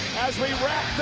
as we wrap